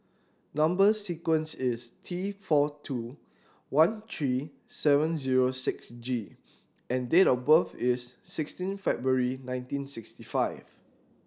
number sequence is T four two one three seven zero six G and date of birth is sixteen February nineteen sixty five